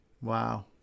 Wow